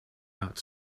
out